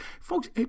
Folks